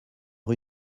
rue